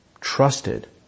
trusted